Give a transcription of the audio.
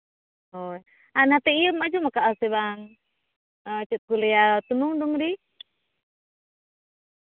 ᱦᱳᱭ ᱟᱨ ᱱᱟᱛᱮ ᱤᱭᱟᱹᱢ ᱟᱸᱡᱚᱢᱟᱠᱟᱫᱼᱟ ᱥᱮ ᱵᱟᱝ ᱪᱮᱫ ᱠᱚ ᱞᱟᱹᱭᱟ ᱴᱩᱢᱟᱹᱝ ᱰᱩᱝᱨᱤ